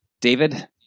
David